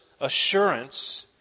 assurance